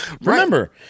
Remember